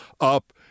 up